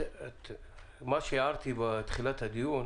מה שהערתי בתחילת הדיון,